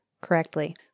correctly